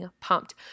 pumped